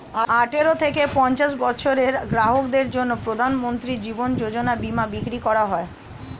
আঠারো থেকে পঞ্চাশ বছরের গ্রাহকদের জন্য প্রধানমন্ত্রী জীবন যোজনা বীমা বিক্রি করা হয়